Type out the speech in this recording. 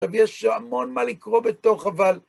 טוב, יש המון מה לקרוא בתוך, אבל...